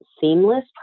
seamless